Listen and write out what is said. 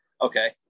Okay